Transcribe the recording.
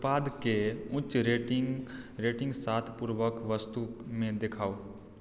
उत्पादके उच्च रेटिंग साथ पूर्वक वस्तु मे देखाउ